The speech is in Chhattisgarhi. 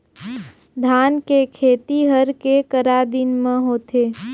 धान के खेती हर के करा दिन म होथे?